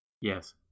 Yes